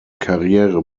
karriere